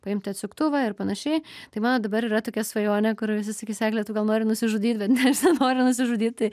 paimti atsuktuvą ir panašiai tai mano dabar yra tokia svajonė kur visi sakys egle tu gal nori nusižudyt bet ne aš nenoriu nusižudyt tai